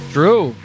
True